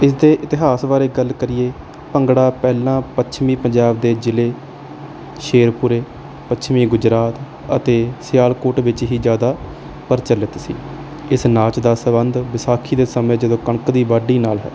ਇਸ ਦੇ ਇਤਿਹਾਸ ਬਾਰੇ ਗੱਲ ਕਰੀਏ ਭੰਗੜਾ ਪਹਿਲਾਂ ਪੱਛਮੀ ਪੰਜਾਬ ਦੇ ਜ਼ਿਲ੍ਹੇ ਸ਼ੇਰਪੁਰੇ ਪੱਛਮੀ ਗੁਜਰਾਤ ਅਤੇ ਸਿਆਲਕੋਟ ਵਿੱਚ ਹੀ ਜ਼ਿਆਦਾ ਪ੍ਰਚਲਿਤ ਸੀ ਇਸ ਨਾਚ ਦਾ ਸੰਬੰਧ ਵਿਸਾਖੀ ਦੇ ਸਮੇਂ ਜਦੋਂ ਕਣਕ ਦੀ ਵਾਢੀ ਨਾਲ ਹੈ